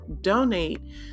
donate